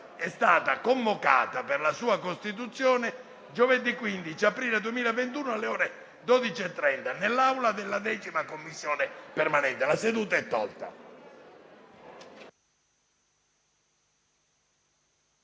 è stata convocata, per la sua costituzione, giovedì 15 aprile 2021, alle ore 12,30, nell'Aula della 10a Commissione permanente. **Atti